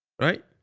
Right